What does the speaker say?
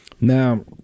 Now